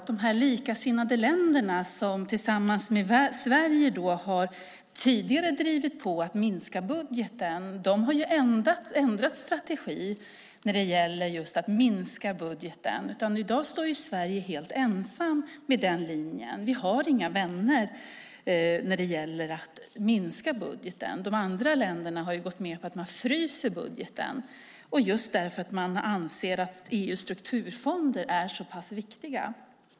De likasinnade länder som tillsammans med Sverige tidigare drivit på för en minskning av budgeten har dock ändrat strategi när det gäller att minska budgeten. I dag står Sverige helt ensamt beträffande den linjen; vi har inga vänner när det gäller att minska budgeten. De andra länderna har gått med på en frysning av budgeten därför att man anser att EU:s strukturfonder är så pass viktiga.